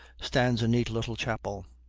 stands a neat little chapel.